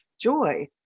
joy